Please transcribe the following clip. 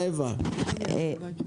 אווה, בבקשה.